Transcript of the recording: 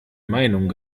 meinung